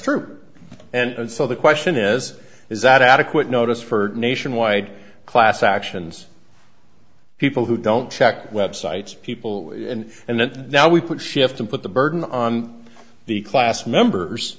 true and so the question is is that adequate notice for nationwide class actions people who don't check websites people and that now we put shift and put the burden on the class members